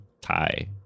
tie